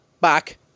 back